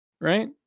right